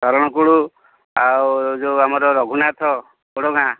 ସରଣକୂଳ ଆଉ ଯେଉଁ ଆମର ରଘୁନାଥ ଓଡ଼ଗାଁ